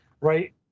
right